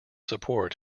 support